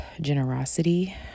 generosity